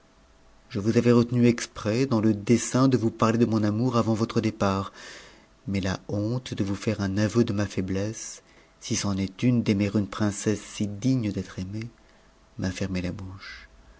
je vous avais retenu exprès dans le dessein de o parler de mon amour avant votre départ mais la honte de vous faire u aveu de ma ftiblesse si c'en est une d'aimer une princesse si digne p aimée